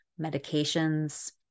medications